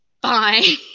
bye